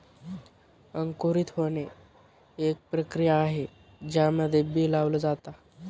अंकुरित होणे, एक प्रक्रिया आहे ज्यामध्ये बी लावल जाता